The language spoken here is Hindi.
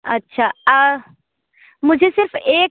अच्छा मुझे सिर्फ एक